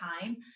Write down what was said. time